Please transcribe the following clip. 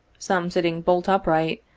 some sitting bolt upright,